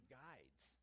guides